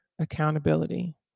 accountability